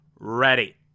ready